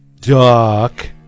Duck